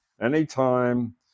anytime